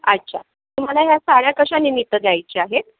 अच्छा तुम्हाला या साड्या कशानिमित्त द्यायच्या आहेत